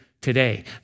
today